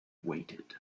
waited